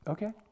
Okay